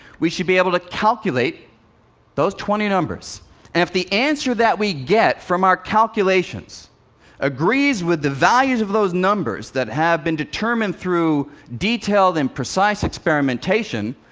we should be able to calculate those twenty numbers. and if the answer that we get from our calculations agrees with the values of those numbers that have been determined through detailed and precise experimentation,